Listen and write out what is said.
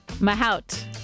Mahout